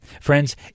Friends